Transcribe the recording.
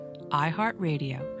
iHeartRadio